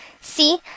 See